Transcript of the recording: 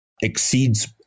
exceeds